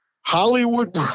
Hollywood